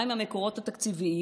מהם המקורות התקציביים?